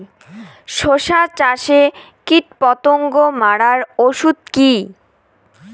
শসা চাষে কীটপতঙ্গ মারার ওষুধ কি?